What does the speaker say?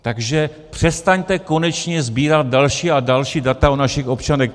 Takže přestaňte konečně sbírat další a další data o našich občanech.